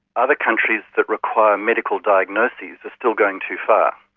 other countries that require medical diagnoses are still going too far.